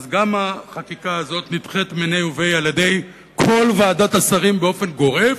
אז גם החקיקה הזאת נדחית מיניה וביה על-ידי כל ועדת השרים באופן גורף?